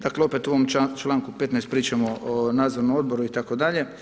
Dakle opet u ovom članku 15. pričamo o nadzornom odboru itd.